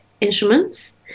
instruments